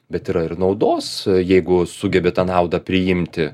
bet yra ir naudos jeigu sugebi tą naudą priimti